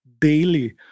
daily